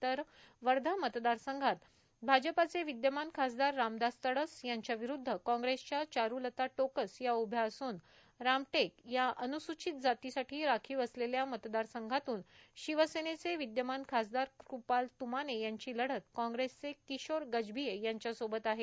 तर वर्धा मतदारसंघात भाजपचे विद्यमान खासदार रामदास तडस यांच्या विरूद्व कांग्रेसच्या चारूलता टोकस या उभ्या असून रामटेक या अन्सूचित जातीसाठी राखिव असलेल्या मतदारसंघातून शिवसेनेचे विद्यमान खासदार कृपाल त्माने यांची लढत कांग्रसचे किशोर गजभिये यांच्यासोबत आहे